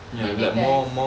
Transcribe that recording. than the guys